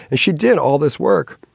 and she did all this work.